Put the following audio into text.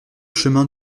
chemin